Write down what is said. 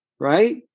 right